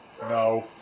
no